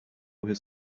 his